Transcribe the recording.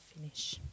finish